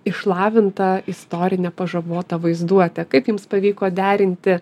išlavinta istorine pažabota vaizduote kaip jums pavyko derinti